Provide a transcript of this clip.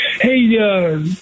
Hey